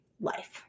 life